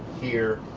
here.